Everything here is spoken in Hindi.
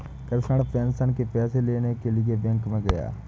कृष्ण पेंशन के पैसे लेने के लिए बैंक में गया